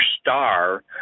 STAR